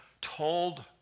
told